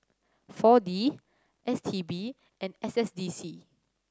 Four D S T B and S S D C